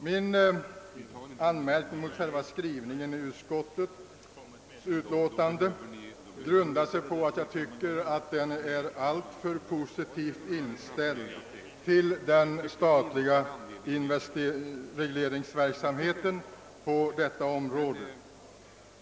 Min anmärkning mot själva skrivningen i utlåtandet är att den är alltför positivt inställd till den statliga regleringsverksamheten på detta område.